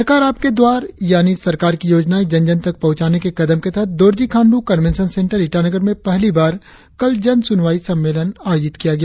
सरकार आपके द्वार यानि सरकार की योजनाएं जन जन तक पहुंचाने के कदम के तहत दोरजी खांडू कनवेंशन सेंटर ईटानगर में पहली बार कल जन सुनवाई सम्मेलन आयोजित किया गया